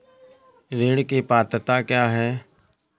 ऋण की पात्रता क्या है?